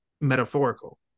metaphorical